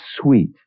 sweet